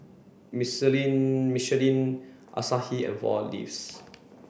Michelin Asahi and Four Leaves